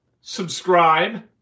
subscribe